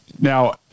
Now